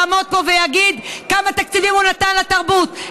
יעמוד פה ויגיד כמה תקציבים הוא נתן לתרבות.